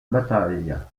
bataille